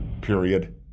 Period